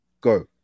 go